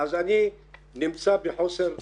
אז אני נמצא בחוסר מוצא.